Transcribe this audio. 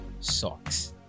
socks